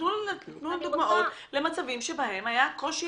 תנו לנו דוגמאות למצבים שבהם היה קושי